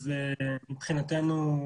אז מבחינתנו,